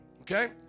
Okay